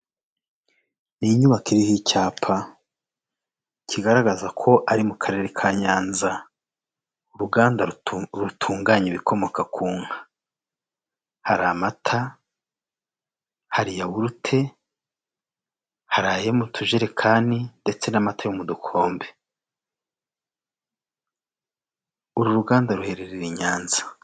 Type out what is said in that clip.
Ni inyubako iriho icyapa, kigaragaza ko ari mu karere ka Nyanza, uruganda rutunganya ibikomoka ku nka. Hari amata, hari yawurute, hari ayo mu tujerekani, ndetse n'amata yo mu dukombe. Uru ruganda ruherereye i Nyanza.